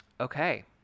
Okay